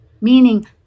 Meaning